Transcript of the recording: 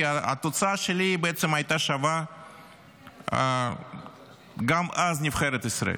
כי התוצאה שלי בעצם הייתה שווה גם אז נבחרת ישראל.